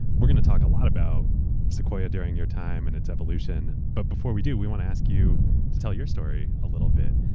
but going to talk a lot about sequoia during your time and its evolution, but before we do, we want to ask you to tell your story a little bit.